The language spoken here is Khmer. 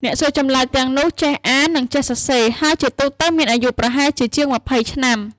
អ្នកសួរចម្លើយទាំងនោះចេះអាន និងចេះសរសេរ ហើយជាទូទៅមានអាយុប្រហែលជាជាងម្ភៃឆ្នាំ។